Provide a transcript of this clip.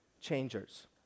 changers